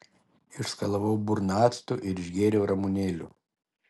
išskalavau burną actu ir išgėriau ramunėlių